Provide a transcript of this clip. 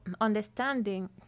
understanding